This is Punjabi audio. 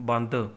ਬੰਦ